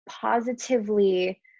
positively